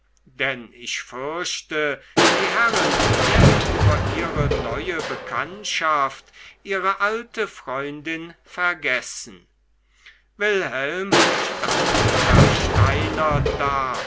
denn ich fürchte die herren werden über ihre neue bekanntschaft ihre alte freundin vergessen wilhelm stand versteinert da